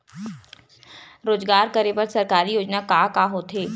रोजगार करे बर सरकारी योजना का का होथे?